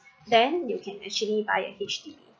then you can actually buy a H_D_B